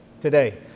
today